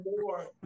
more